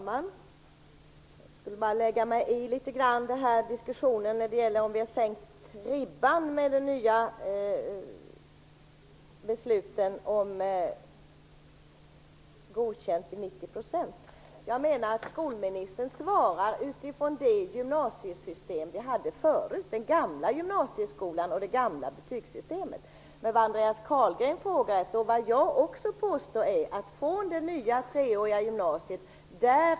Fru talman! Jag vill bara litet grand lägga mig i diskussionen om huruvida ribban har sänkts i och med det nya besluten om godkänt i 90 %. Jag menar att skolministern svarar utifrån det gymnasiesystem vi hade förut, utifrån den gamla gymnasieskolan och det gamla betygssystemet. Men vad Andreas Carlgren frågar efter, och vad jag också påstår, är något annat.